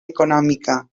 econòmica